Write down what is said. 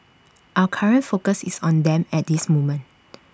our current focus is on them at this moment